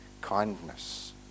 kindness